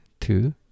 two